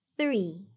three